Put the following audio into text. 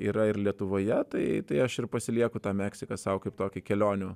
yra ir lietuvoje tai tai aš ir pasilieku tą meksiką sau kaip tokį kelionių